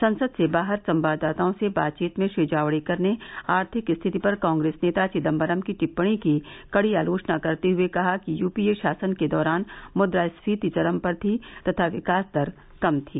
संसद से बाहर संवाददाताओं से बातचीत में श्री जावड़ेकर ने आर्थिक स्थिति पर कांग्रेस नेता चिदम्बरम की टिप्पणी की कड़ी आलोचना करते हुए कहा कि यूपीए शासन के दौरान मुद्रास्फीति चरम पर थी तथा विकास दर कम थी